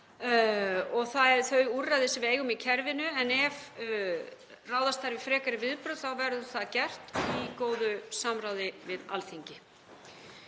og þau úrræði sem við eigum í kerfinu en ef ráðast þarf í frekari viðbrögð þá verður það gert í góðu samráði við Alþingi.